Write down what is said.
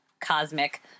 cosmic